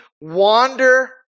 wander